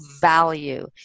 value